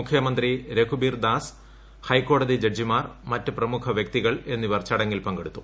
മുഖ്യമന്ത്രി രഘുബീർദാസ് ഹൈക്കോടതി ജഡ്ജിമാർ മറ്റ് പ്രമുഖ വൃക്തികൾ എന്നിവർ ചടങ്ങിൽ പങ്കെടുത്തു